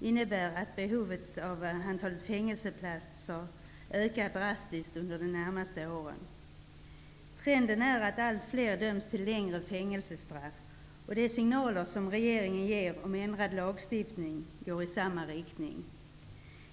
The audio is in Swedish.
innebär att behovet av antalet fängelseplatser ökar drastiskt under de närmaste åren. Trenden är att allt fler döms till längre fängelsestraff, och de signaler som regeringen ger om ändrad lagstiftning går i samma riktning.